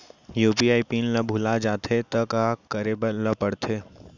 UPI PIN ल भुला जाथे त का करे ल पढ़थे?